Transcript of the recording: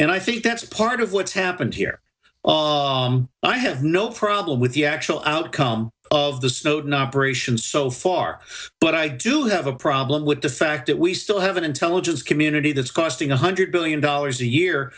and i think that's part of what's happened here i have no problem with the actual outcome of the snowden operation so far but i do have a problem with the fact that we still have an intelligence community that's costing one hundred billion dollars a year